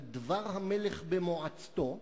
על דבר המלך במועצתו,